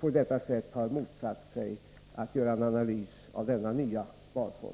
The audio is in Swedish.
på detta sätt har motsatt sig att göra en analys av denna nya sparform.